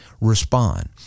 Respond